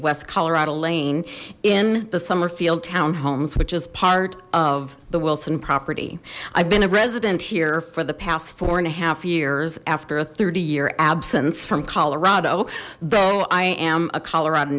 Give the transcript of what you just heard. west colorado lane in the summer field townhomes which is part of the wilson property i've been a resident here for the past four and a half years after a thirty year absence from colorado though i am a col